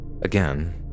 Again